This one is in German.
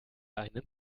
einen